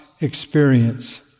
experience